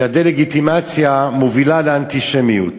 שהדה-לגיטימציה מובילה לאנטישמיות